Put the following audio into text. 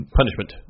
punishment